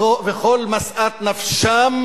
וכל משאת נפשם